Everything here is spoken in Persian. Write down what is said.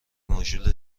ماژول